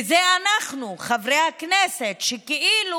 וזה אנחנו, חברי הכנסת, שכאילו